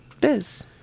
Biz